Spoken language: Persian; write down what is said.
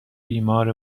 بیمار